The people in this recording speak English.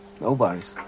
Nobody's